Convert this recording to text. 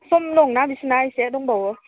सम दंना बिसोरना एसे दंबावो